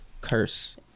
curse